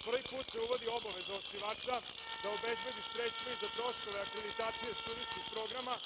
put se uvodi obaveza osnivača da obezbedi sredstva i za troškove akreditacije studentskih programa.